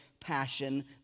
passion